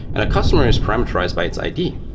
and a customer is parameterized by its id.